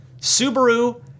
Subaru